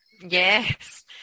Yes